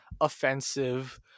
offensive